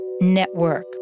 network